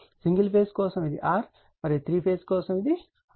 single phase కోసం ఇది r మరియు 3 ఫేజ్ కోసం వ్యాసార్థం r